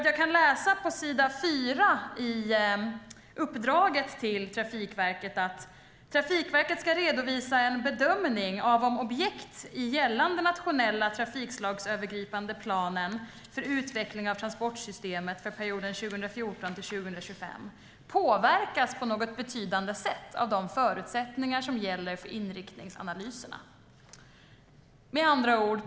Jag kan läsa på s. 4 i uppdraget till Trafikverket: "Trafikverket ska redovisa en bedömning av om objekt i gällande nationella trafikslagsövergripande planen för utveckling av transportsystemet för perioden 2014-2025 påverkas på något betydande sätt av de förutsättningar som gäller för inriktningsanalyserna."